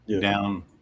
down